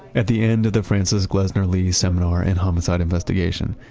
at the end of the frances glessner lee seminar in homicide investigation,